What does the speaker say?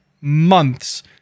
months